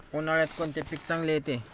उन्हाळ्यात कोणते पीक चांगले येते?